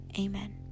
Amen